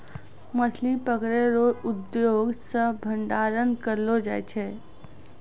मछली पकड़ै रो उद्योग से भंडारण करलो जाय छै